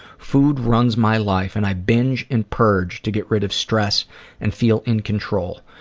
food runs my life and i binge and purge to get rid of stress and feel in control.